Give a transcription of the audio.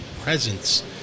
presence